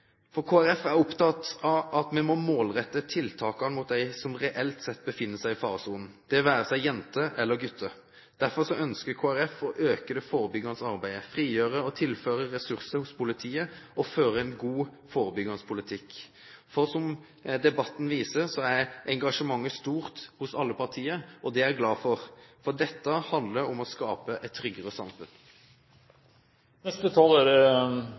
er opptatt av at vi må målrette tiltakene mot dem som reelt sett befinner seg i faresonen, det være seg jenter eller gutter. Derfor ønsker Kristelig Folkeparti å øke det forebyggende arbeidet, frigjøre og tilføre ressurser hos politiet og føre en god forebyggende politikk. Som debatten viser, er engasjementet stort hos alle partier. Det er jeg glad for, for dette handler om å skape et tryggere